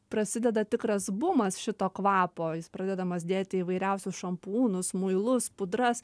prasideda tikras bumas šito kvapo jis pradedamas dėti įvairiausius šampūnus muilus pudras